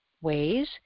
ways